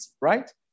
right